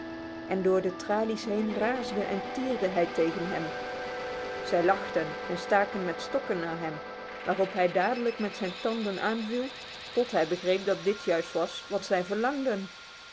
en door de tralies heen raasde en tierde hij tegen hen zij lachten en staken met stokken naar hem waarop hij dadelijk met zijn tanden aanviel tot hij begreep dat dit juist was wat zij verlangden